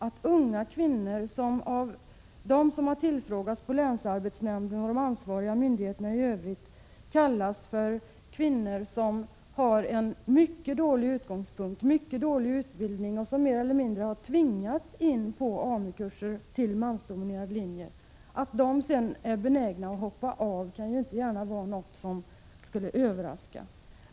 Att unga kvinnor, som har tillfrågats på länsarbetsnämnden och av de ansvariga myndigheterna i övrigt kallas kvinnor som har ett mycket dåligt utgångsläge, mycket dålig utbildning och som mer eller mindre har tvingats in på AMU-kurser till mansdominerade linjer, sedan är benägna att hoppa av kan inte gärna vara något som överraskar.